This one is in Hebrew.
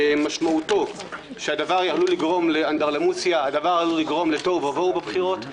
משמעותו שהדבר עלול לגרום לאנדרלמוסיה ותוהו ובוהו בבחירות.